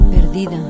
perdida